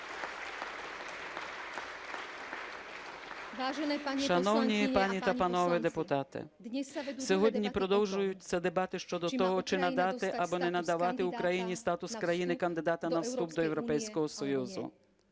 Шановні пані та панове депутати! Сьогодні продовжуються дебати щодо того, чи надати або не надавати Україні статус країни-кандидата на вступ до Європейського Союзу.